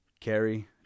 Carrie